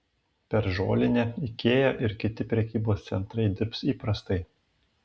per žolinę ikea ir kiti prekybos centrai dirbs įprastai